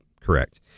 correct